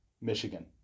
Michigan